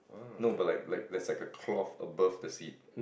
no but like like there's like a cloth above the seat